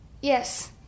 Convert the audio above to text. Yes